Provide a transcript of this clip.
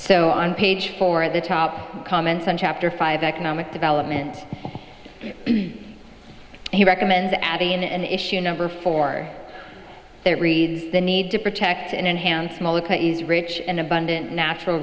so on page four of the top comments on chapter five economic development he recommends adding an issue number four that reads the need to protect and enhance rich and abundant natural